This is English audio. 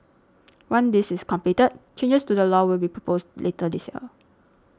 once this is completed changes to the law will be proposed later this year